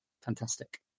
Fantastic